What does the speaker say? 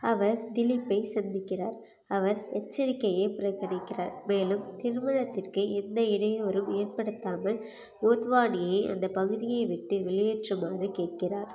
அவர் திலீப்பை சந்திக்கிறார் அவர் எச்சரிக்கையை புறக்கணிக்கிறார் மேலும் திருமணத்திற்கு எந்த இடையூறும் ஏற்படுத்தாமல் மோத்வானியை அந்த பகுதியை விட்டு வெளியேற்றுமாறு கேட்கிறார்